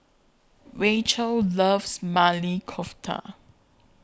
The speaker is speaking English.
Rachael loves Maili Kofta